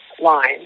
line